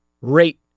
rate